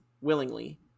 willingly